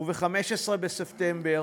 וב-15 בספטמבר